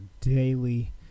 daily